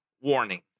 warning